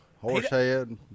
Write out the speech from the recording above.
Horsehead